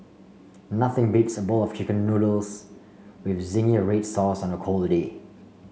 nothing beats a bowl of chicken noodles with zingy red sauce on a cold day